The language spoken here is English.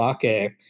sake